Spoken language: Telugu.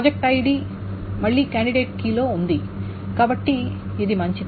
ప్రాజెక్ట్ ఐడి మళ్ళీ కాండిడేట్ కీలో ఉంది కాబట్టి ఇది మంచిది